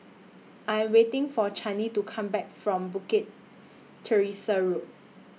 I Am waiting For Channie to Come Back from Bukit Teresa Road